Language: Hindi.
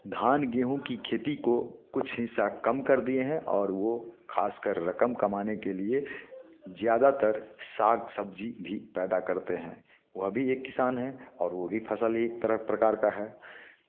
धान गेहूँ की खेती को कुछ हिस्सा कम कर दिए हैं और वो खासकर रकम कमाने के लिए ज़्यादातर साग सब्जी भी पैदा करते हैं वह भी एक किसान है और वो भी फसल एक तरफ प्रकार का है